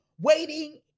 Waiting